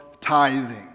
tithing